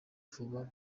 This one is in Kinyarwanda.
vuba